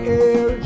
air